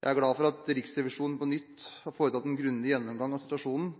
Jeg er glad for at Riksrevisjonen på nytt har foretatt en grundig gjennomgang av situasjonen,